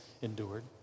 endured